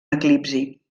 eclipsi